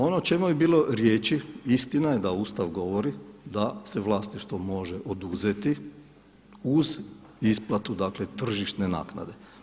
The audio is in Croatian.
Ono o čemu je bilo riječi, istina je da Ustav govori da se vlasništvo može oduzeti uz isplatu dakle tržišne naknade.